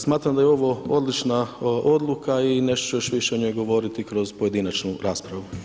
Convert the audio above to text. Smatram da je ovo odlična odluka i nešto ću još više o njoj govoriti kroz pojedinačnu raspravu.